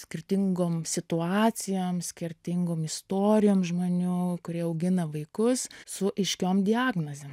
skirtingom situacijom skirtingom istorijom žmonių kurie augina vaikus su aiškiom diagnozėm